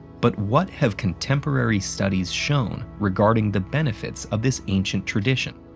but what have contemporary studies shown regarding the benefits of this ancient tradition?